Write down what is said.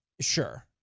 Sure